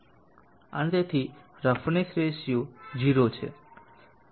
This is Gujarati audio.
અને તેથી રફનેસ રેશિયો 0 છે